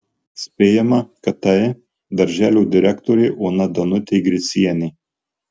spėjama kad tai darželio direktorė ona danutė gricienė